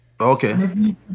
Okay